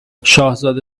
شاهزاده